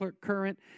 current